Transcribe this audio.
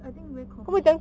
I think very common